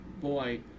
boy